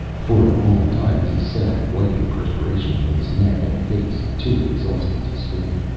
for a long time he sat, wiping perspiration from his neck and face, too exhausted to speak.